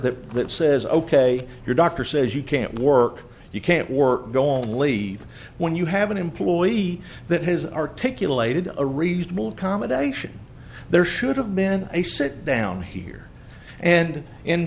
that that says ok your doctor says you can't work you can't work go on leave when you have an employee that has articulated a reasonable accommodation there should have been a sit down here and in